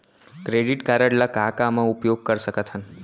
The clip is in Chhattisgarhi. क्रेडिट कारड ला का का मा उपयोग कर सकथन?